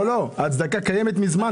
ההצדקה קיימת מזמן.